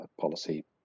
policy